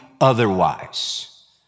otherwise